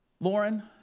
Lauren